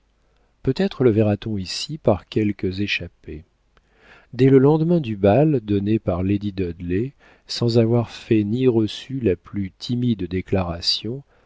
peut-être le verra-t-on ici par quelques échappées dès le lendemain du bal donné par lady dudley sans avoir fait ni reçu la plus timide déclaration